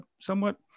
somewhat